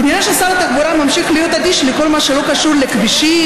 כנראה ששר התחבורה ממשיך להיות אדיש לכל מה שלא קשור לכבישים,